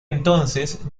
entonces